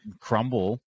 crumble